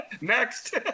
next